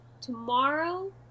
tomorrow